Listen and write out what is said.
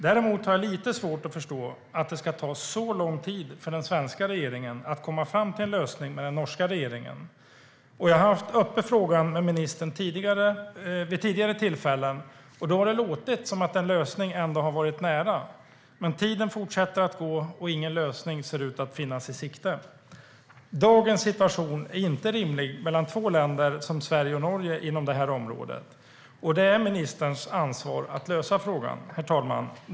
Däremot har jag lite svårt att förstå att det ska ta så lång tid för den svenska regeringen att komma fram till en lösning med den norska regeringen. Jag har haft uppe frågan med ministern vid tidigare tillfällen. Då har det låtit som att en lösning ändå har varit nära. Men tiden fortsätter att gå, och ingen lösning ser ut att finnas i sikte. Dagens situation är inte rimlig mellan två länder som Sverige och Norge inom det här området. Det är ministerns ansvar att lösa frågan. Herr talman!